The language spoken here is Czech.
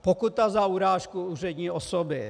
Pokuta za urážku úřední osoby.